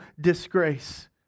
disgrace